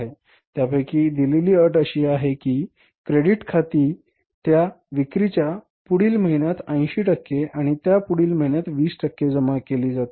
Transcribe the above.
त्यापैकी दिलेली अट अशी आहे की क्रेडिट खाती त्या विक्रीच्या पुढील महिन्यात 80 टक्के आणि त्यापुढील महिन्यात 20 टक्के जमा केली जातील